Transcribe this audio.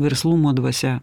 verslumo dvasia